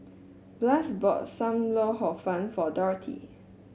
Blaise bought Sam Lau Hor Fun for Dorathy